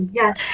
yes